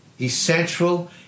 essential